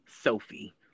Sophie